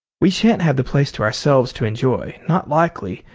we sha'n't have the place to ourselves to enjoy not likely,